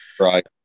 Right